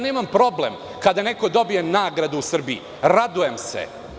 Nemam problem kada neko dobije nagradu u Srbiji, radujem se.